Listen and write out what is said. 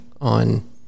on